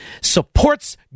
supports